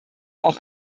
auch